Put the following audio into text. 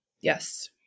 Yes